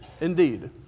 indeed